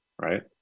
right